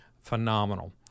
phenomenal